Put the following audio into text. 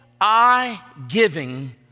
I-giving